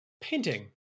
painting